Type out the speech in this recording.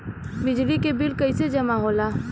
बिजली के बिल कैसे जमा होला?